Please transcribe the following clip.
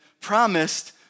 promised